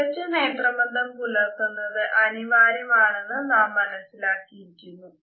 മികച്ച നേത്രബന്ധം പുലർത്തുന്നത് അനിവാര്യമാണെന്ന് നാം മനസ്സിലാക്കിയിരിക്കുന്നു